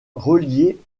reliée